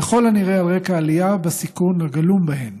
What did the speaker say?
ככל הנראה על רקע עלייה בסיכון הגלום בהם.